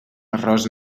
arròs